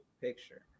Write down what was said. picture